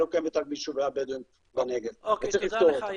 היא לא קיימת רק ביישובי הבדואים בנגב וצריך לפתור אותה.